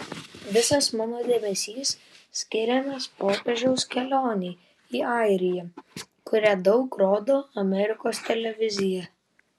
visas mano dėmesys skiriamas popiežiaus kelionei į airiją kurią daug rodo amerikos televizija